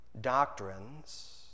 doctrines